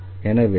எனவே y2Ax3